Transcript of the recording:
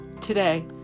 Today